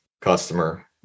customer